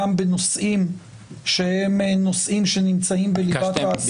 גם בנושאים שהם נושאים שנמצאים בליבת העשייה.